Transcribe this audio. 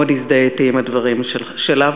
מאוד הזדהיתי עם הדברים שלה,